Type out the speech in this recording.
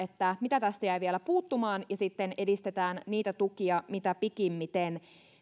sitä mitä tästä jäi vielä puuttumaan ja sitten edistetään niitä tukia mitä pikimmiten